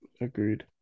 Agreed